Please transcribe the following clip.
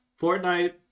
Fortnite